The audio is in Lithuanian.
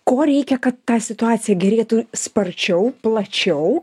ko reikia kad ta situacija gerėtų sparčiau plačiau